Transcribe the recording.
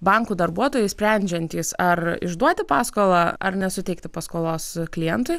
bankų darbuotojai sprendžiantys ar išduoti paskolą ar nesuteikti paskolos klientui